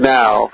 now